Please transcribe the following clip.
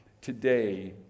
today